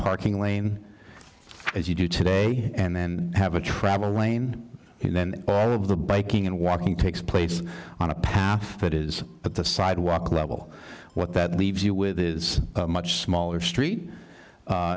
parking lane as you do today and then have a travel lane and then all of the biking and walking takes place on a path that is at the sidewalk level what that leaves you with is a much smaller street